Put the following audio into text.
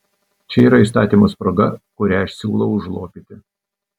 čia yra įstatymo spraga kurią aš siūlau užlopyti